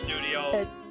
studio